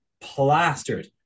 plastered